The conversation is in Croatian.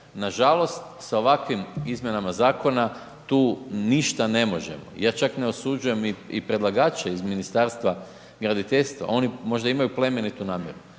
nažalost, sa ovakvim izmjenama zakona tu ništa ne možemo. Ja čak ne osuđujem niti predlagače iz Ministarstva graditeljstva, oni možda imaju plemenitu namjeru,